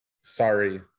Sorry